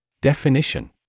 Definition